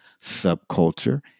subculture